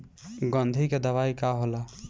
गंधी के दवाई का होला?